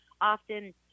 often